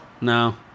No